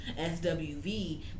swv